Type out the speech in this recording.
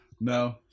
No